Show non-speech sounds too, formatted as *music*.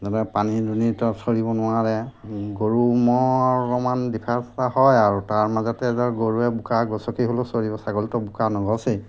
*unintelligible* পানী দুনি তাত চৰিব নোৱাৰে গৰু ম'হ অলপমান *unintelligible* হয় আৰু তাৰ মাজতে ধৰক গৰুৱে বোকা গছকি হ'লেও চৰিব ছাগলীয়েতো বোকা নগচকেই